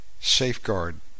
Safeguard